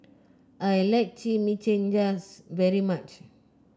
I like Chimichangas very much